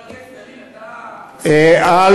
חבר הכנסת ילין, מה, אני מפריע לך?